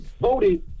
voted